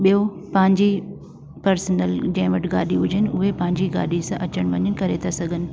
ॿियों पंहिंजी पर्सनल जंहिं वटि गाॾी हुजनि उहे पंहिंजी गाॾी सां अचण वञण करे था सघनि